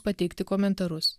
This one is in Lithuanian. pateikti komentarus